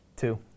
Two